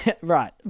Right